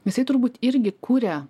jisai turbūt irgi kuria